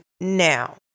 now